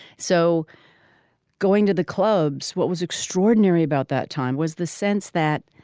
so going to the clubs what was extraordinary about that time was the sense that